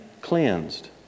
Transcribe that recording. cleansed